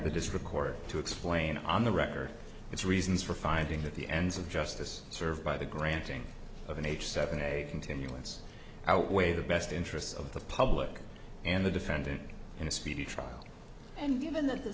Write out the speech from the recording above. the district court to explain on the record its reasons for finding that the ends of justice served by the granting of an age seven a continuance outweigh the best interests of the public and the defendant in a speedy trial and given that the